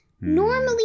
normally